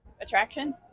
attraction